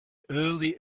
early